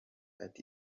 ati